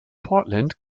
portland